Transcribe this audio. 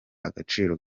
agaciro